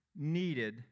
needed